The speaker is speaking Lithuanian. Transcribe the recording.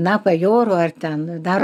na bajorų ar ten dar